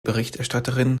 berichterstatterin